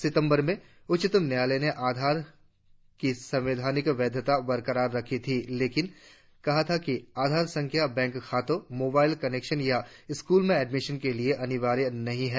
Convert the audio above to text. सितंबर में उच्च्तम न्यायालय ने आधार की संवैधानिक वैधता बरकार रखी थी लेनिक कहा था कि आधार संख्या बैंक खातों मोबाइल कनेक्शन या स्कूल में एडमिशन के लिए अनिवार्य नहीं है